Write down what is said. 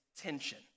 tension